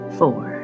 four